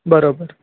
बरोबर